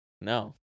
No